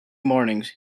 mornings